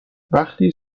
وقتی